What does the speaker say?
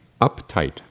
uptight